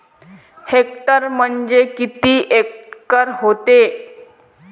Hectare म्हणजे किती acre व्हते?